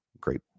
great